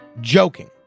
Joking